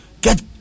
get